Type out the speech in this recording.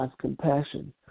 compassion